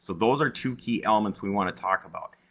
so those are two key elements we want to talk about.